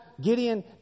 Gideon